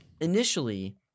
initially